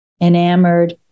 enamored